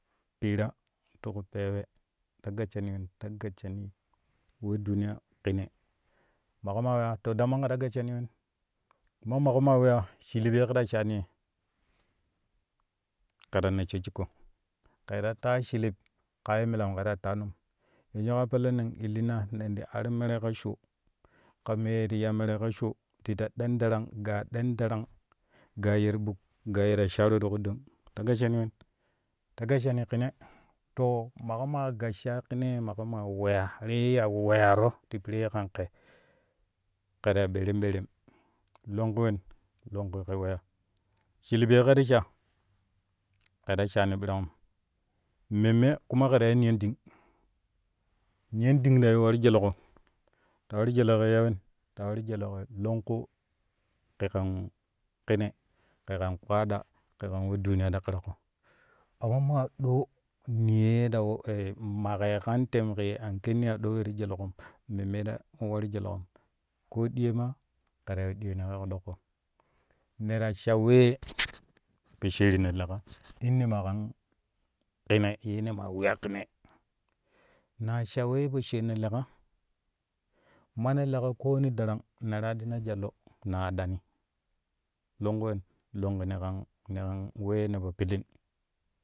Pira ti ku pewe ta gasshani we duniya kine mako maa weya to daman kɛ ta gasshani wen, kuma maƙo maa weyaa shilib ye kɛ ta shaani kɛ ta nossho shikko ke ta taa shilib kaa ye milam kɛ ta taamun yenju ka pelle nen illina nen ti ar mere ka sho ka mee ti ya mere ka sho ti ya ɗen darang ga ɗen darang ga ye ti ɓuk ga ye ta shaaru ti ƙudang ta gasshani wen ta gasshani kine ta mako maa gassha kine ye maƙo maa weya ye ya weyaro ti piree kan kɛ ke ta ya ɓere ɓere longku wen longku kɛ weya shilib ye kɛ ti sha kɛ ta shaani ɓirangum memme ƙauna kɛ ta ya niyonɗin niyonɗing ta yiu waru jeleƙo ta waru jeleƙe ya wen ta woru jelekɛi longku kɛ kan kine kɛ kan kpaada kɛ kan we duniya ti ta ƙiraƙo amma ma ɗo niyo ye maƙe kam tem kɛ an kenni a ɗo we ti jeleƙom memmei ta waru jeleƙom koo ɗiyoi ma kɛ ta yiu ɗiyoni kɛ ku ɗoƙƙo ne ta sha we poshaarino leƙa in ne maƙa kine ye manaa weya kine naa sha we poshaarino leƙa mane leƙa koo wani darang ne ti aɗɗina jwal lo ne ta aɗɗani longku wen longku ne kam ne kan wee ne po pilin.